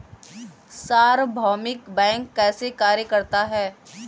सार्वभौमिक बैंक कैसे कार्य करता है?